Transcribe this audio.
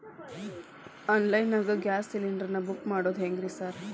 Online ನಾಗ gas cylinder ನಾ book ಮಾಡೋದ್ ಹೆಂಗ್ರಿ ಸಾರ್?